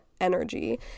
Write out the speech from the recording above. energy